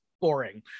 boring